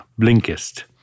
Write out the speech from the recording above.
Blinkist